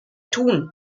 tun